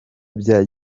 bya